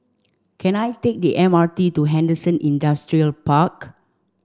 can I take the M R T to Henderson Industrial Park